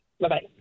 Bye-bye